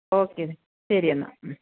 okay ശരി എന്നാൽ മ്മ്